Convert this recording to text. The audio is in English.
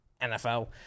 NFL